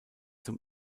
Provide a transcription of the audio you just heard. zum